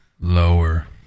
Lower